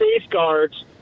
safeguards